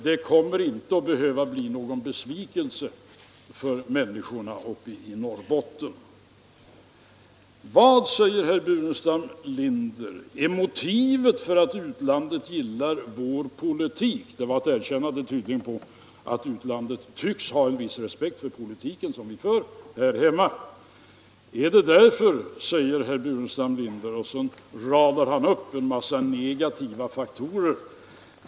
Människorna uppe i Norrbotten skall inte behöva bli besvikna. Vad är motivet för att utlandet gillar vår politik? frågade herr Burenstam Linder. Det var tydligen ett erkännande av att utlandet har en viss respekt för den politik som vi för här hemma. Herr Burenstam Linder radar därefter upp en massa negativa faktorer och frågar om detta är anledningen till att utlandet gillar vår politik.